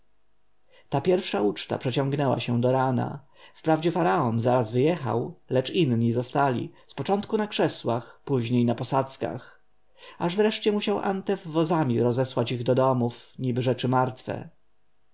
ta pierwsza uczta przeciągnęła się do rana wprawdzie faraon zaraz wyjechał lecz inni zostali z początku na krzesłach później na posadzkach aż wreszcie musiał antef wozami rozesłać ich do domów niby rzeczy martwe